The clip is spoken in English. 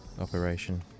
operation